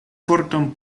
vorton